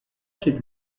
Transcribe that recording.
chez